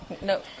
No